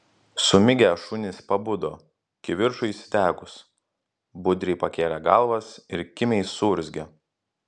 sumigę šunys pabudo kivirčui įsidegus budriai pakėlė galvas ir kimiai suurzgė